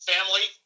Family